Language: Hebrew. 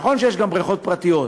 נכון שיש גם בריכות פרטיות,